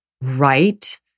right